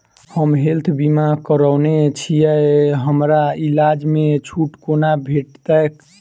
हम हेल्थ बीमा करौने छीयै हमरा इलाज मे छुट कोना भेटतैक?